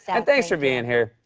and thanks for being and here.